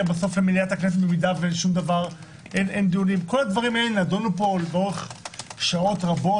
למליאת הכנסת אם אין דיונים כל הדברים הללו נדונו פה שעות רבות,